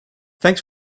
thanks